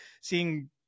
seeing